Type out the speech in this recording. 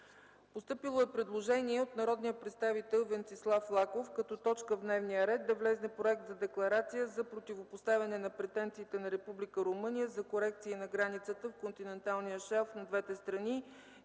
Постъпило е предложение от народния представител Венцислав Лаков като точка в дневния ред да влезе Проект за декларация за противопоставяне на претенциите на Република Румъния за корекции на границата в континенталния шелф на двете страни